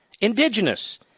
indigenous